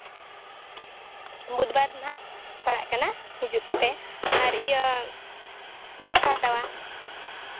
ᱵᱩᱫᱵᱟᱨ ᱱᱟᱜ ᱯᱟᱲᱟᱜ ᱠᱟᱱᱟ ᱦᱤᱡᱩᱜ ᱯᱮ ᱟᱨ ᱤᱭᱟᱹ ᱛᱤᱱᱟᱹᱜ ᱯᱮ ᱦᱟᱛᱟᱣᱟ